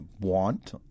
want